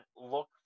look